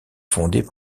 fondée